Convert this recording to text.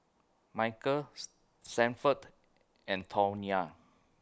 Michael's Sanford and Tawnya